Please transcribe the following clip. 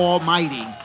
Almighty